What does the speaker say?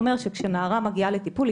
זה אומר שכשנערה מגיעה לטיפול,